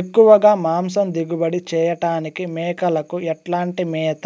ఎక్కువగా మాంసం దిగుబడి చేయటానికి మేకలకు ఎట్లాంటి మేత,